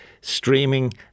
Streaming